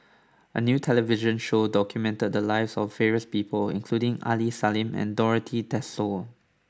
a new television show documented the lives of various people including Aini Salim and Dorothy Tessensohn